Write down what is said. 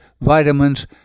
vitamins